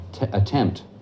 attempt